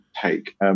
take